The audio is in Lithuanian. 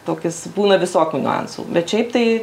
tokis būna visokių niuansų bet šiaip tai